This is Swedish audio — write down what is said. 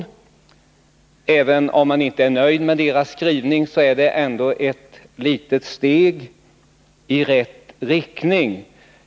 Även om jag inte är nöjd med utskottets skrivning, är det ändå ett litet steg i rätt riktning.